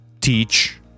teach